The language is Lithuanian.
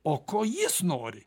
o ko jis nori